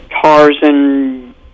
Tarzan